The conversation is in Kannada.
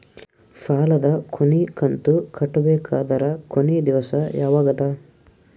ಸಾಲದ ಕೊನಿ ಕಂತು ಕಟ್ಟಬೇಕಾದರ ಕೊನಿ ದಿವಸ ಯಾವಗದ?